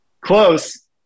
Close